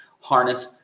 harness